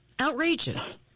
outrageous